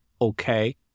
okay